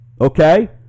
okay